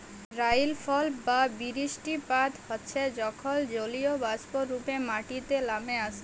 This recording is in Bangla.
রাইলফল বা বিরিস্টিপাত হচ্যে যখল জলীয়বাষ্প রূপে মাটিতে লামে আসে